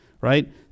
right